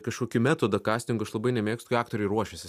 kažkokį metodą kastingo aš labai nemėgstu aktoriai ruošiasi